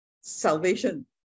Salvation